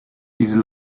diese